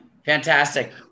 Fantastic